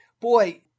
Boy